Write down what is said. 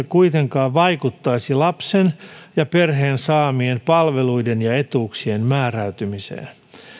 kuitenkaan vaikuttaisi lapsen ja perheen saamien palveluiden ja etuuksien määräytymiseen